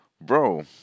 bro